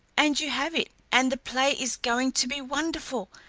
and you have it, and the play is going to be wonderful,